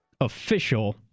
official